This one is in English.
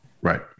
Right